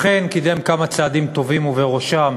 אכן קידם כמה צעדים טובים, ובראשם